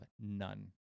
none